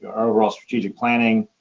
our overall strategic planning,